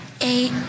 Eight